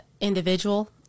individual